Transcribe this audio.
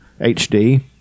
HD